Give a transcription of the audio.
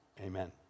amen